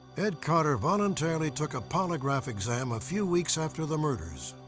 ed carter voluntarily took a polygraph exam a few weeks after the murders.